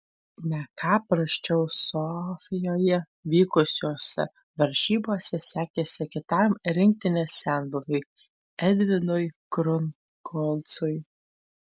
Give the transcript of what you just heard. ne ką prasčiau sofijoje vykusiose varžybose sekėsi kitam rinktinės senbuviui edvinui krungolcui